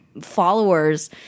followers